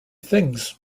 things